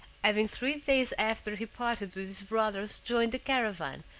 having three days after he parted with his brothers joined a caravan,